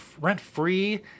rent-free